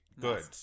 Good